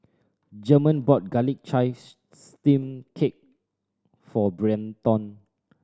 German bought garlic chives steamed cake for Brenton